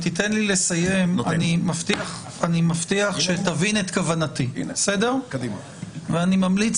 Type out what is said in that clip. לסיים אני מבטיח לך שתבין את כוונתי ואני ממליץ